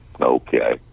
Okay